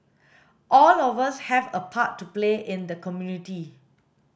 all of us have a part to play in the community